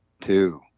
two